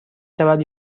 شود